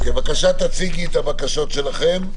בבקשה תציגי את הבקשות שלכם.